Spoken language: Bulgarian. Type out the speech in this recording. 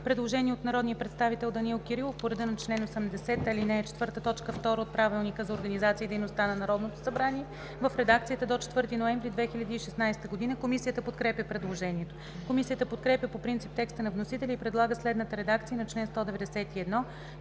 предложение от народния представител Данаил Кирилов по реда на чл. 80, ал. 4, т. 2 от Правилника за организацията и дейността на Народното събрание в редакцията до 4 ноември 2016 г. Комисията подкрепя предложението. Комисията подкрепя по принцип текста на вносителя и предлага следната редакция на чл. 191: